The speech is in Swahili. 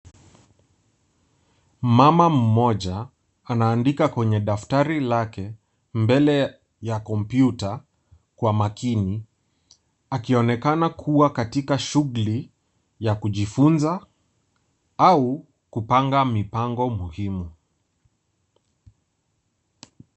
Mama mmoja anaandika kwenye daftari lake mbele ya kompyuta kwa makini akionekana kuwa katika shughuli ya kujifunza au kupanga mipango muhimu.